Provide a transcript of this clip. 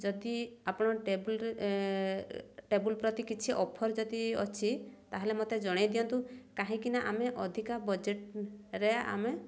ଯଦି ଆପଣ ଟେବୁଲରେ ଟେବୁଲ୍ ପ୍ରତି କିଛି ଅଫର୍ ଯଦି ଅଛି ତା'ହେଲେ ମୋତେ ଜଣାଇ ଦିଅନ୍ତୁ କାହିଁକିନା ଆମେ ଅଧିକା ବଜେଟ୍ରେ ଆମେ